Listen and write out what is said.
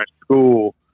school